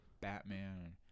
Batman